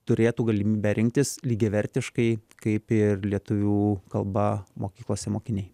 turėtų galimybę rinktis lygiavertiškai kaip ir lietuvių kalbą mokyklose mokiniai